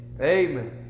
Amen